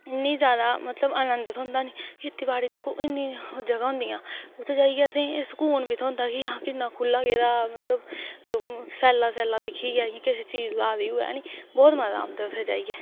उन्नी जादा मतलब आनंद थ्होंदा निं खेतीबाड़ी दिक्खो इन्नी जगहां होंदियां ते उत्थै जाइयै एह् सकून बी थ्होंदा आं कि इन्ना खु'ल्ला गेदा मतलब सैला सैला दिक्खियै मतलब किश चीज़ लाई दी होऐ बुत मजा औंदा उत्थै जाइयै